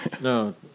No